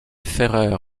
ferrer